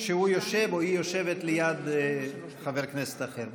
כשהוא יושב, או היא יושבת, ליד חבר כנסת אחר.